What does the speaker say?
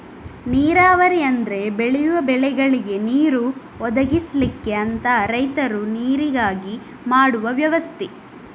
ನೀರಾವರಿ ಅಂದ್ರೆ ಬೆಳೆಯುವ ಬೆಳೆಗಳಿಗೆ ನೀರು ಒದಗಿಸ್ಲಿಕ್ಕೆ ಅಂತ ರೈತರು ನೀರಿಗಾಗಿ ಮಾಡುವ ವ್ಯವಸ್ಥೆ